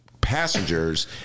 passengers